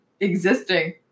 Existing